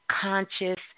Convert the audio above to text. Conscious